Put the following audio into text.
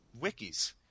wikis